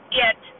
get